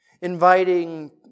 inviting